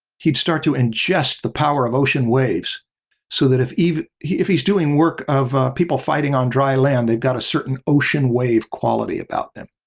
he'd start to ingest the power of ocean waves so that if if he's if he's doing work of people fighting on dry land, they've got a certain ocean wave quality about them.